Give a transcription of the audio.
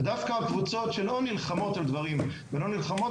דווקא הקבוצות שלא נלחמות על דברים ולא נלחמות